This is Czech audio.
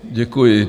Děkuji.